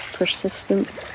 persistence